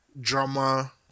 drama